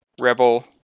Rebel